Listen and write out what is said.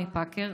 מפאקר,